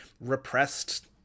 repressed